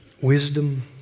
wisdom